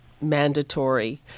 mandatory